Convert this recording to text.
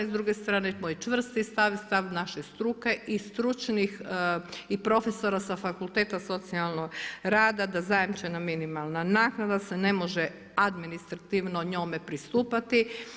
S druge strane moj čvrsti stav i stav naše struke i stručnih i profesora sa Fakulteta socijalnog rada da zajamčena minimalna naknada se ne može administrativno njome pristupati.